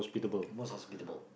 most hospitable